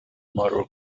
motor